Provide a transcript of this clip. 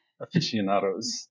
aficionados